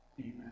amen